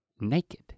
naked